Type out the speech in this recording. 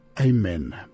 Amen